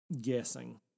guessing